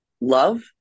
love